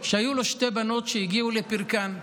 שהיו לו שתי בנות שהגיעו לפרקן.